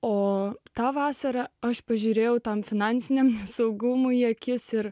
o tą vasarą aš pažiūrėjau tam finansiniam saugumui akis ir